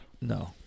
No